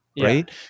Right